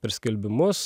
per skelbimus